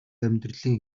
амьдралын